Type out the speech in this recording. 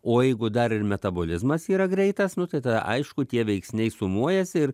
o jeigu dar ir metabolizmas yra greitas nu tai tada aišku tie veiksniai sumuojasi